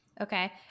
Okay